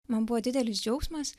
man buvo didelis džiaugsmas